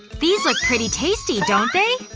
these look pretty tasty, don't they?